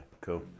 cool